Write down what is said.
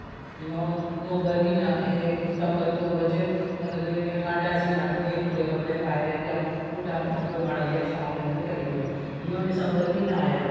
जि'यां हून नवम्बर म्हीना ऐ एह् सतम्बर अक्तूबर च मतलब इ'यां ठंड ऐसी ठंड होंदी इ'यां पूरे कपड़े पाए दे न मुट्टा कोई माड़ा जेहा शाल लेआ ते ओह् चली पेआ जि'यां हून दिसम्बर म्हीना आया